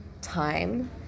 time